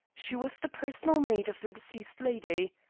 she was the personal maid of the deceased lady.